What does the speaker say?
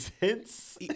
hints